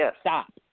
stop